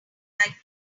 like